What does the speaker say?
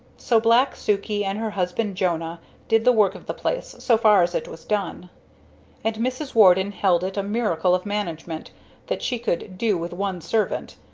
so black sukey and her husband jonah did the work of the place, so far as it was done and mrs. warden held it a miracle of management that she could do with one servant,